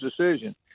decision